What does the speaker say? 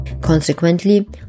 Consequently